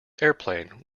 airplane